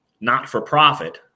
not-for-profit